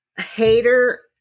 hater